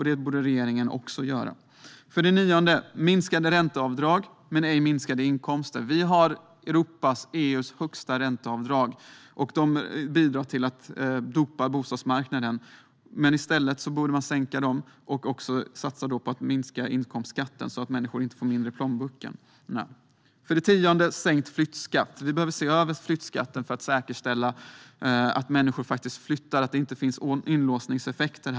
Det borde regeringen också göra. För det nionde: Vi vill ha minskade ränteavdrag men inte minskade inkomster. Sverige har EU:s största ränteavdrag. De bidrar till att dopa bostadsmarknaden och borde sänkas. I stället borde man satsa på att minska inkomstskatten, så att människor inte får mindre i plånböckerna. För det tionde: Vi vill ha en sänkt flyttskatt. Flyttskatten behöver ses över för att man ska säkerställa att människor faktiskt kan flytta och att det inte finns inlåsningseffekter.